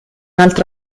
altro